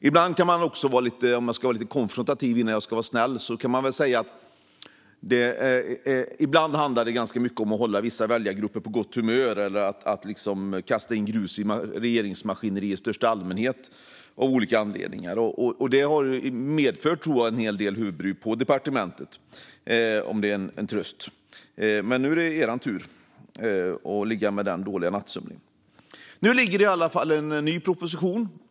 Om jag ska vara lite konfrontativ innan jag ska vara snäll kan jag säga att det ibland handlar om att hålla vissa väljargrupper på gott humör genom att av olika anledningar kasta in grus i regeringsmaskineriet i största allmänhet. Det har medfört en hel del huvudbry på departementet, om det ska vara en tröst. Men nu är det er tur att ligga med den dåliga nattsömnen. Nu finns det i varje fall en ny proposition.